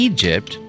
Egypt